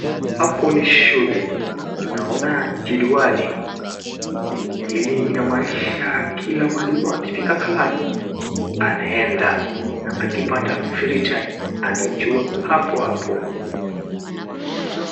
Hapo ni shule. Naona jedwali. Hili linamaanisha kila mwalimu akifika (cs)class(cs) anaenda na akipata (cs)free(cs) (cs) time(cs) anajua hapo hapo.